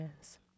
Yes